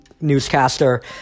newscaster